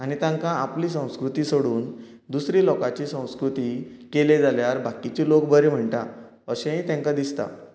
आनी तांकां आपली संस्कृती सोडून दुसरी लोकांची संस्कृती केले जाल्यार बाकीचे लोक बरें म्हणटा अशेंय तांकां दिसता